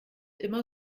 immer